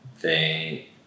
they-